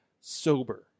sober